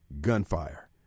gunfire